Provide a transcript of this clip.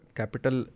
capital